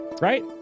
right